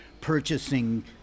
purchasing